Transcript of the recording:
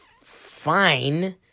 fine